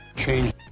Change